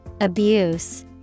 Abuse